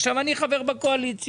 עכשיו, אני חבר בקואליציה,